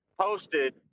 posted